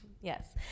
Yes